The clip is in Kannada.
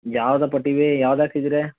ಯಾವುದಪ್ಪ ಟಿ ವಿ ಯಾವ್ದು ಹಾಕ್ಸಿದ್ದೀರಿ